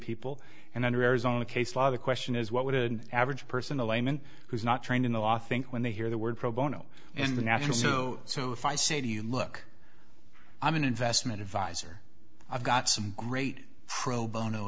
people and under arizona case law the question is what would an average person a layman who's not trained in the law think when they hear the word pro bono and the national so so if i say to you look i'm an investment advisor i've got some great pro bono